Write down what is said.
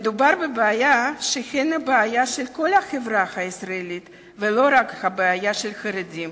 מדובר בבעיה של כל החברה הישראלית ולא רק בבעיה של החרדים.